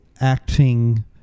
acting